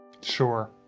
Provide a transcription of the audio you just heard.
Sure